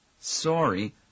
Sorry